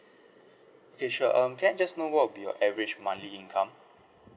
okay sure um can I just know what will be your average monthly income